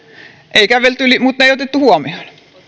ei kävelty yli mutta ei otettu huomioon